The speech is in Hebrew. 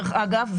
דרך אגב.